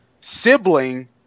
sibling